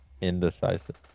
Indecisive